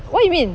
what you mean